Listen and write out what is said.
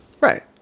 Right